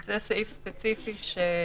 זאת הייתה הבקשה.